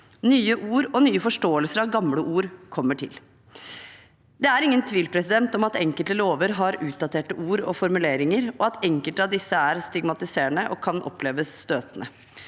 nye ord og nye forståelser av gamle ord kommer til. Det er ingen tvil om at enkelte lover har utdaterte ord og formuleringer, og at enkelte av disse er stigmatiserende og kan oppleves støtende.